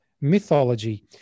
mythology